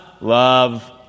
love